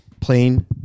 Plain